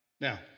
Now